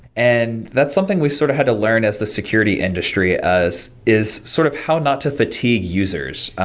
and that's something we've sort of had to learn as the security industry as is sort of how not to fatigue users.